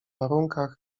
warunkach